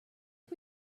are